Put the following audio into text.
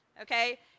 Okay